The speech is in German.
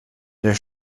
der